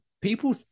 People